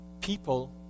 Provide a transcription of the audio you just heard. people